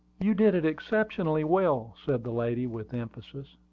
you did it exceedingly well, said the lady, with emphasis.